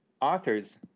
authors